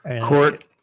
Court